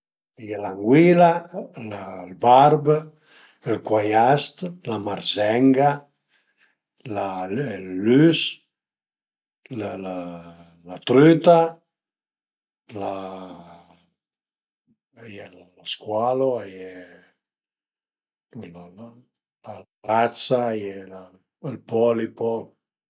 A ie l'anguila, ël barb, ël cuaiast, la marzenga, la ël lüs, lë lë, la trüta, la a ie lë scualo, a ie lë lë la razza, a ie ël polipo